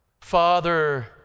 father